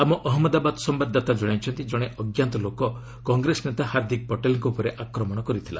ଆମ ଅହମ୍ମଦାବାଦ୍ ସମ୍ଭାଦଦାତା ଜଣାଇଛନ୍ତି ଜଣେ ଅଜ୍ଞାତ ଲୋକ କଂଗ୍ରେସ ନେତା ହାର୍ଦ୍ଦିକ୍ ପଟେଲଙ୍କ ଉପରେ ଆକ୍ରମଣ କରିଥିଲା